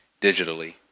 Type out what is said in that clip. digitally